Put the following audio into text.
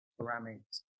ceramics